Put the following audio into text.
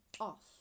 off